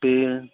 ए